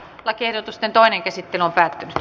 lakiehdotusten toinen käsittely päättyi